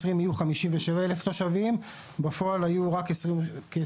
שנת 2020 יהיו 57,000 תושבים אבל בפועל היו רק כ-22,000,